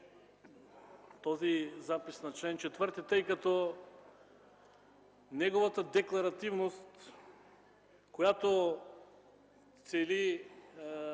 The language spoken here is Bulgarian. този запис на чл. 4, тъй като неговата декларативност, която цели